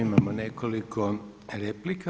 Imamo nekoliko replika.